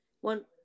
one